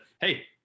hey –